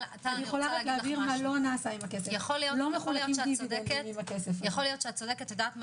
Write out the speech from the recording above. יכול להיות שאת צודקת.